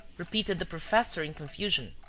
repeated the professor, in confusion.